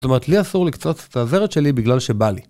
זאת אומרת, לי אסור לקצוץ את הזרת שלי בגלל שבא לי.